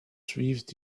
suivent